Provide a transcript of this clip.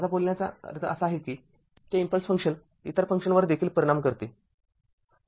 माझा बोलण्याचा असा अर्थ आहे की ते इम्पल्स फंक्शन इतर फंक्शनवर देखील परिणाम करते